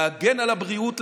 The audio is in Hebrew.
להגן על הבריאות,